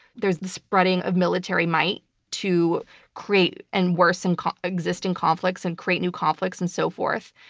there's the spreading of military might to create and worsen existing conflicts and create new conflicts and so forth.